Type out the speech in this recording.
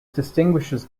distinguishes